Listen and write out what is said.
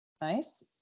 Nice